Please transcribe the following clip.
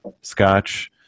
scotch